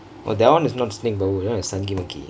oh that one is not snake babu that one is Sanghi மங்கி:sangki mangki